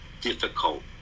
difficult